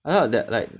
I thought that like